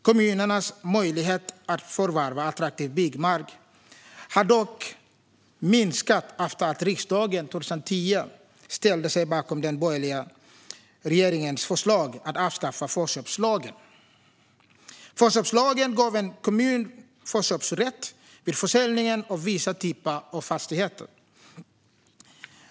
Kommunernas möjlighet att förvärva attraktiv byggmark har dock minskat efter att riksdagen 2010 ställde sig bakom den borgerliga regeringens förslag att avskaffa förköpslagen. Förköpslagen gav en kommun förköpsrätt vid försäljning av vissa typer av fastigheter.